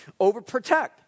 Overprotect